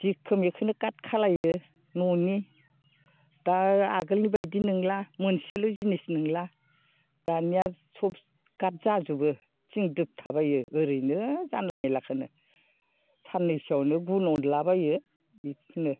जेखौ मेखौनो काट खालायो न'नि दा आगोलनि बादि नोंला मोनसेल' जिनिस नोंला दानिया सब काट जाजोबो थिं दोबथा बाइयो ओरैनो जानला मेनलाखौनो सान्नैसोयावनो गुन अरला बाइयो बेफोरनो